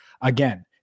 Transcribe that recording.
Again